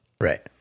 Right